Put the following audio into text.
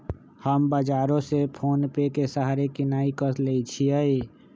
हम बजारो से फोनेपे के सहारे किनाई क लेईछियइ